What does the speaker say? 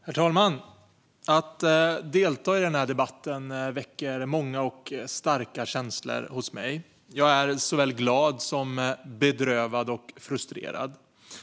Herr talman! Att delta i denna debatt väcker många och starka känslor hos mig. Jag är såväl glad som bedrövad och frustrerad.